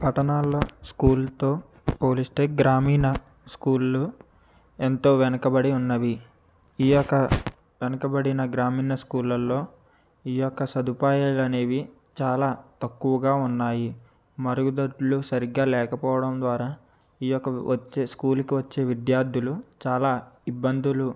పట్టణాల్లో స్కూల్తో పోలిస్తే గ్రామీణ స్కూళ్ళు ఎంతో వెనకబడి ఉన్నవి ఈ యొక్క వెనకబడిన గ్రామీణ స్కూళ్లల్లో ఈ యొక్క సదుపాయాలు అనేవి చాలా తక్కువగా ఉన్నాయి మరుగుదొడ్లు సరిగ్గా లేకపోవడం ద్వారా ఈ యొక్క వచ్చే స్కూలుకీ వచ్చే విద్యార్థులు చాలా ఇబ్బందులు